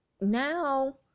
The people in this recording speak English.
now